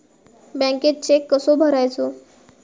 बँकेत चेक कसो भरायचो?